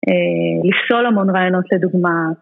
לפסול המון רעיונות לדוגמא.